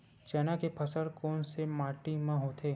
चना के फसल कोन से माटी मा होथे?